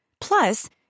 Plus